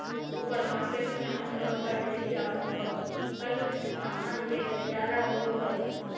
supermarket में आमतौर पर डेयरी और पकल सामान के गलियारा होबो हइ